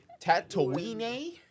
Tatooine